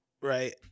Right